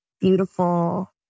beautiful